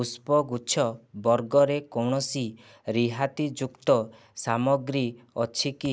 ପୁଷ୍ପଗୁଚ୍ଛ ବର୍ଗରେ କୌଣସି ରିହାତିଯୁକ୍ତ ସାମଗ୍ରୀ ଅଛି କି